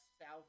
south